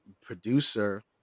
producer